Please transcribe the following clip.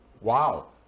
Wow